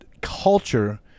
culture